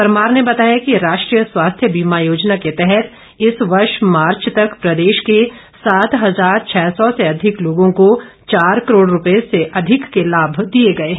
परमार ने बताया कि राष्ट्रीय स्वास्थ्य बीमा योजना के तहत इस वर्ष मार्च तक प्रदेश के सात हजार छः सौ से अधिक लोगों को चार करोड़ रूपए से अधिक के लाभ दिए गए हैं